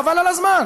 חבל על הזמן.